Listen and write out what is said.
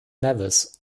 nevis